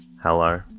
Hello